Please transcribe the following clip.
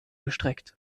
gestreckt